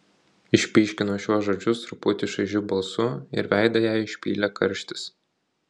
išpyškino šiuos žodžius truputį šaižiu balsu ir veidą jai išpylė karštis